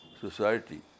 society